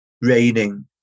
Raining